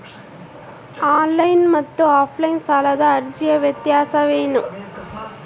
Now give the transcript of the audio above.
Online ಮತ್ತು offline ಸಾಲದ ಅರ್ಜಿಯ ವ್ಯತ್ಯಾಸ ಏನು?